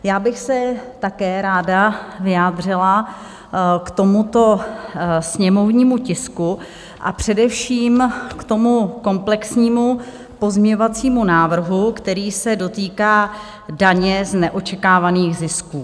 Já bych se také ráda vyjádřila k tomuto sněmovnímu tisku, a především k tomu komplexnímu pozměňovacímu návrhu, který se dotýká daně z neočekávaných zisků.